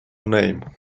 name